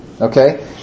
Okay